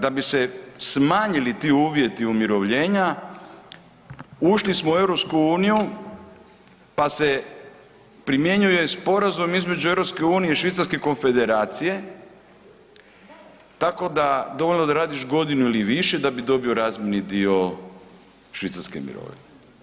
Da bi se smanjili ti uvjeti umirovljenja ušli smo u EU pa se primjenjuje sporazum između EU i Švicarske Konfederacije tako da radiš godinu ili više da bi dobio razmjerni dio švicarske mirovine.